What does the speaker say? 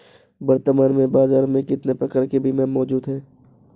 वर्तमान में बाज़ार में कितने प्रकार के बीमा मौजूद हैं?